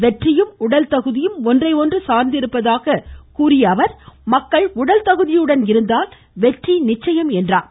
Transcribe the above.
வெற்றியும் உடல்தகுதியும் ஒன்றையொன்று சார்ந்திருப்பதாக கூறிய அவர் மக்கள் உடல்தகுதியுடன் இருந்தால் வெற்றி நிச்சயம் என்றார்